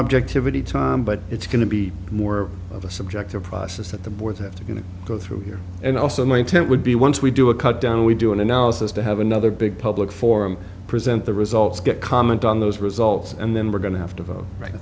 objectivity tom but it's going to be more of a subjective process at the board that's going to go through here and also my intent would be once we do a cutdown we do an analysis to have another big public forum present the results get comment on those results and then we're going to have to vote